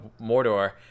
Mordor